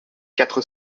quatre